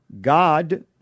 God